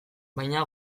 baina